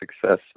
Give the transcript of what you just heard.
success